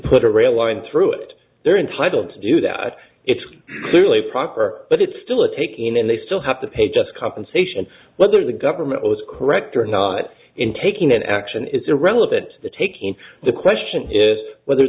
put a rail line through it they're entitled to do that it's clearly proper but it's still a take in and they still have to pay just compensation whether the government was correct or not in taking an action it's irrelevant the taking the question is whether